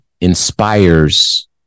inspires